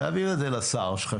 תעביר את זה לשר שלך,